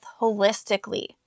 holistically